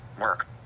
work